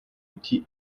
идти